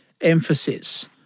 emphasis